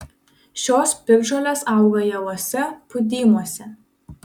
šios piktžolės auga javuose pūdymuose